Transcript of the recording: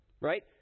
right